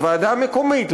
לוועדה המקומית,